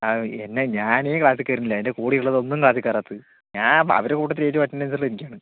ആ എന്നെ ഞാനേ ക്ലാസ്സിൽ കയറുന്നില്ല എൻ്റെ കൂടെയുള്ളതൊന്നും ക്ലാസ്സിൽ കയറാത്തത് ഞാൻ അവരെ കൂട്ടത്തില് ഏറ്റവും അറ്റൻഡൻസ് ഉള്ളത് എനിക്കാണ്